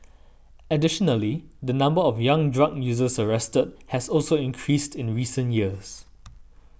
additionally the number of young drug users arrested has also increased in recent years